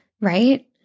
Right